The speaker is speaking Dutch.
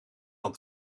dan